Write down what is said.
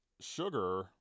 sugar